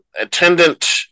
Attendant